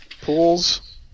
pools